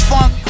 Funk